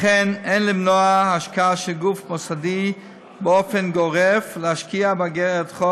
לכן אין למנוע מגוף מוסדי באופן גורף להשקיע באיגרת חוב